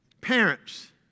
Parents